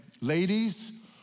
Ladies